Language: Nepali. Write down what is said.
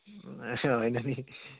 होइन नि